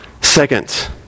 Second